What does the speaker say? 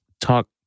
talk